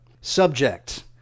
Subject